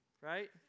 right